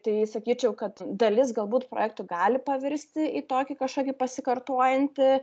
tai sakyčiau kad dalis galbūt projektų gali pavirsti į tokį kažkokį pasikartojantį